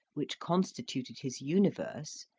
which constituted his universe,